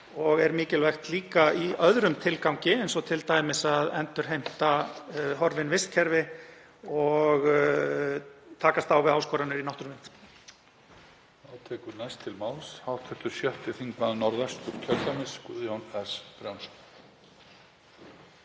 og er líka mikilvægt í öðrum tilgangi eins og t.d. að endurheimta horfin vistkerfi og takast á við áskoranir í náttúruvernd.